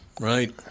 Right